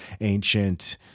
ancient